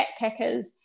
backpackers